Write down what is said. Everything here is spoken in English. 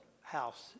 house